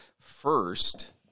first